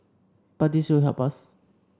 but this will help us